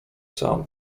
sam